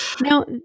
Now